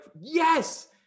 yes